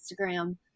Instagram